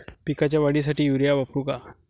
पिकाच्या वाढीसाठी युरिया वापरू का?